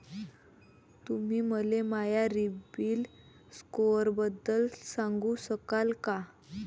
तुम्ही मले माया सीबील स्कोअरबद्दल सांगू शकाल का?